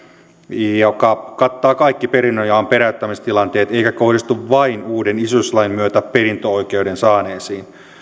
joka kattaa kaikki perinnönjaon peräyttämistilanteet eikä kohdistu vain uuden isyyslain myötä perintöoikeuden saaneisiin